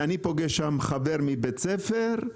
הוא פגש שם חבר מבית ספר.